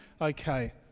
okay